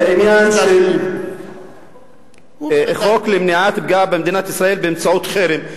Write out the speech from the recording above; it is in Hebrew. זה עניין של חוק למניעת פגיעה במדינת ישראל באמצעות חרם.